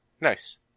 Nice